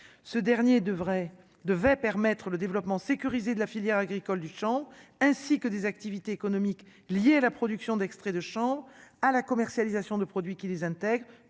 devrait devait permettre le développement sécurisé de la filière agricole du Champ, ainsi que des activités économiques liées à la production d'extraits de chambre à la commercialisation de produits qui les intègrent